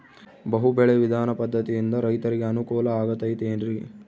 ಬಹು ಬೆಳೆ ವಿಧಾನ ಪದ್ಧತಿಯಿಂದ ರೈತರಿಗೆ ಅನುಕೂಲ ಆಗತೈತೇನ್ರಿ?